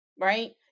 Right